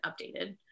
updated